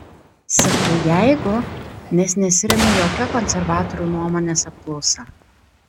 sakau jeigu nes nesiremiu jokia konservatorių nuomonės apklausa